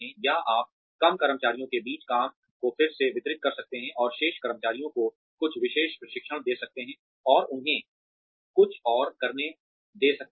या आप कम कर्मचारियों के बीच काम को फिर से वितरित कर सकते हैं और शेष कर्मचारियों को कुछ विशेष प्रशिक्षण दे सकते हैं और उन्हें कुछ और करने दे सकते हैं